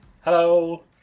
Hello